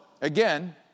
again